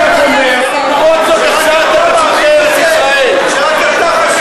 מה אתה חושב לעצמך, שרק אתה חושב?